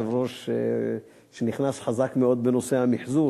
יושב-ראש שנכנס חזק מאוד בנושא המיחזור,